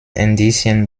indizien